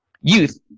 youth